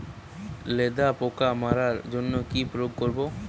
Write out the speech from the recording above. লেদা পোকা মারার জন্য কি প্রয়োগ করব?